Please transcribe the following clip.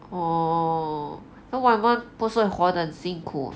orh so waiman 不是活得很辛苦